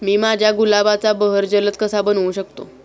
मी माझ्या गुलाबाचा बहर जलद कसा बनवू शकतो?